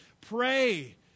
pray